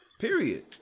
Period